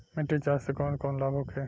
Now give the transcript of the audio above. मिट्टी जाँच से कौन कौनलाभ होखे?